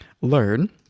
learn